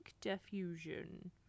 diffusion